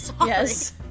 Yes